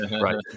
Right